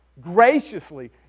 graciously